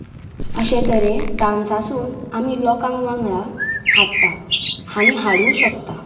अशे तरेन डान्सान आमी लोकांक वांगडा हाडटा आनी हाडूंक शकतात